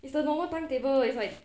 it's the normal timetable it's like